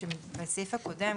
בסעיף הקודם,